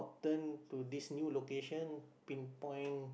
turn to this new location pinpoint